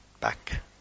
back